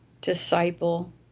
disciple